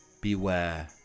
Beware